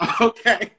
Okay